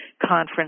conference